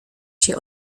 się